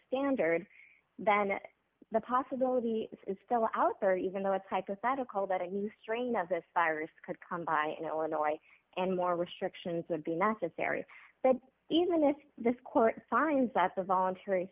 standard then the possibility is still out there even though it's hypothetical that a new strain of this virus could come by in illinois and more restrictions of being necessary even if this court finds that the voluntary